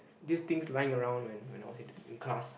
these things lying around when when I was in the in class